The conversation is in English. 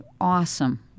Awesome